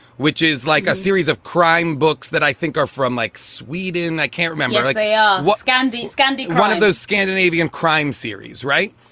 which is like a series of crime books that i think are from like sweden. i can't remember like yeah what scandi scandic, one of those scandinavian crime series. right.